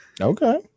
Okay